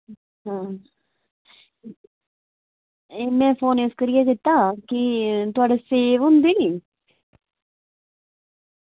हां एह् में फोन इस करियै कीता कि थुआढ़े सेब होंदे नी